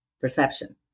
perception